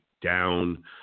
down